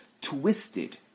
twisted